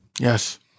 Yes